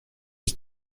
was